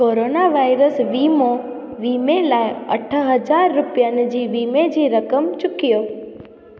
corona virus वीमो वीमे लाइ अठ हज़ार रुपियनि जी वीमे जी रक़म चुकियो